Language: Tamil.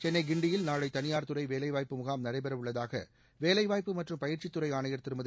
சென்னை கிண்டியில் நாளை தனியார் துறை வேலைவாய்ப்பு முகாம் நடைபெறவுள்ளதாக வேலைவாய்ப்பு மற்றும் பயிற்சித்துறை ஆணையர் திருமதி